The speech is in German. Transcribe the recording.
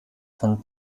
von